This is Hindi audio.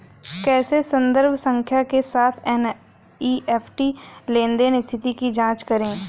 कैसे संदर्भ संख्या के साथ एन.ई.एफ.टी लेनदेन स्थिति की जांच करें?